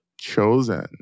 chosen